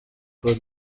kuko